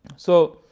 so,